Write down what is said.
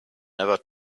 never